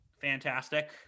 fantastic